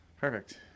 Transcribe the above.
Perfect